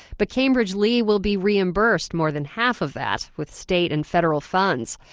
but cambridge-lee will be reimbursed more than half of that with state and federal funds.